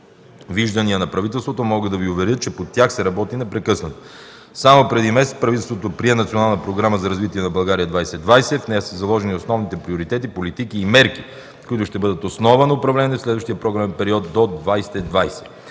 виждания на правителството, мога да Ви уверя, че по тях се работи непрекъснато. Само преди месец правителството прие Национална програма за развитие на България 2020, в която са заложени основните приоритети, политики и мерки, които ще бъдат основа на управление на следващия програмен период до 2020